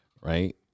right